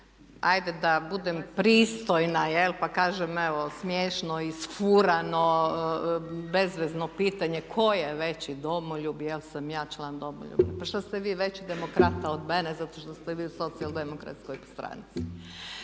hajde da budem pristojna jel' pa kažem evo smiješno, isfurano, bezvezno pitanje tko je veći domoljub jel' sam ja član Domoljubne. Pa šta ste vi veći demokrata od mene zato što ste vi u Socijaldemokratskoj stranci.